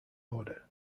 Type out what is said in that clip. order